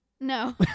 No